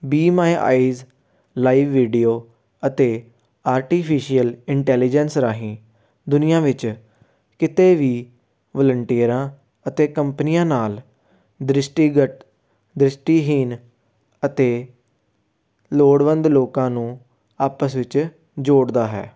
B My Eyes live video ਅਤੇ artificial intelligence ਰਾਹੀਂ ਦੁਨੀਆ ਵਿੱਚ ਕਿਤੇ ਵੀ ਵੋਲੰਟੀਅਰਾਂ ਅਤੇ ਕੰਪਨੀਆਂ ਨਾਲ ਦ੍ਰਿਸ਼ਟੀਗਤ ਦ੍ਰਿਸ਼ਟੀਹੀਣ ਅਤੇ ਲੋੜਵੰਦ ਲੋਕਾਂ ਨੂੰ ਆਪਸ ਵਿੱਚ ਜੋੜਦਾ ਹੈ